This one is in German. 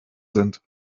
sind